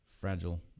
fragile